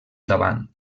davant